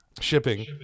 Shipping